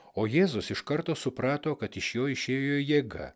o jėzus iš karto suprato kad iš jo išėjo jėga